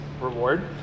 reward